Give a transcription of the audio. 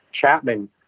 Chapman